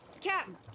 Captain